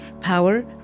power